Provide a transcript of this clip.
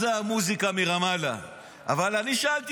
אני מרוקאית, גאה במפלגת יש עתיד, והוא לא גזען.